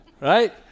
right